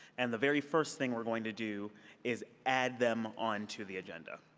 and the very first thing we're going to do is add them onto the agenda.